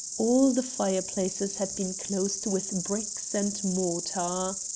all the fireplaces had been closed with bricks and mortar.